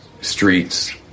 streets